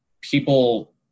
people